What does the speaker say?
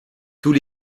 tous